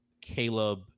Caleb